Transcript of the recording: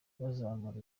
bazamura